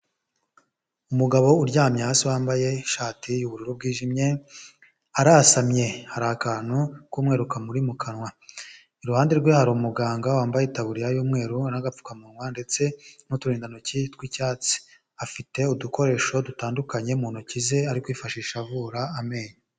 Umugabo uryamye hasi wambaye ishati y'ubururu bwijimye, arasamye, hari akantu k'umweru kamuri mu kanwa, iruhande rwe hari umuganga wambaye itaburiya y'umweru n'apfukamunwa ndetse n'uturindantoki tw'icyatsi, afite udukoresho dutandukanye mu ntoki ze ari kwifashisha avura amenyo.